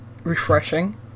Refreshing